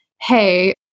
hey